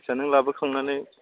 आदसा नों लाबोखांनानै